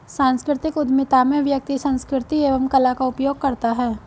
सांस्कृतिक उधमिता में व्यक्ति संस्कृति एवं कला का उपयोग करता है